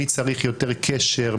מי צריך יותר קשר,